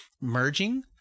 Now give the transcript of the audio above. merging